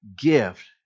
gift